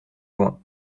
loing